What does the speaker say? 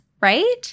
right